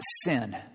sin